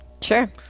Sure